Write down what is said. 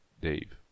Dave